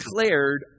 declared